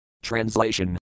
TRANSLATION